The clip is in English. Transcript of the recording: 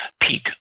peak